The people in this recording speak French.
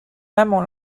maman